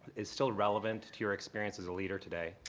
is still relevant to your experience as a leader today?